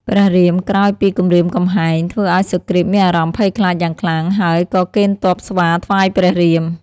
ព្រះរាមក្រោយពីគំរាមកំហែង ធ្វើឲ្យសុគ្រីតមានអារម្មណ៍ភ័យខ្លាចយ៉ាងខ្លាំង ហើយក៏កេណ្ឌទ័ពស្វាថ្វាយព្រះរាម។